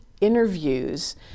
interviews